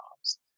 jobs